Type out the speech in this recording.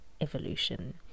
evolution